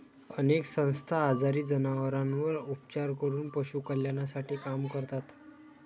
अनेक संस्था आजारी जनावरांवर उपचार करून पशु कल्याणासाठी काम करतात